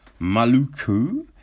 Maluku